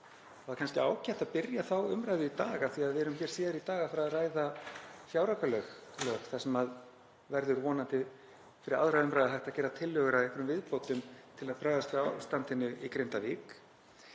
Það er kannski ágætt að byrja þá umræðu í dag af því að við erum hér síðar í dag að fara að ræða fjáraukalög, þar sem verður vonandi fyrir 2. umræðu hægt að gera tillögur að einhverjum viðbótum til að bregðast við ástandinu í Grindavík.